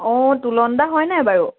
অঁ তোলন দা হয় নাই বাৰু